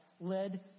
led